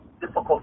difficult